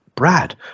Brad